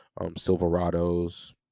Silverados